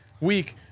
week